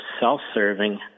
self-serving